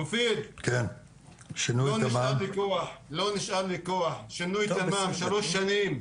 מופיד, לא נשאר לי כוח, שינוי תמ"מ שלוש שנים.